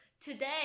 Today